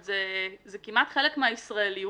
זה כמעט חלק מהישראליות.